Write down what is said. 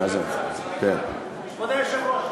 כבוד היושב-ראש,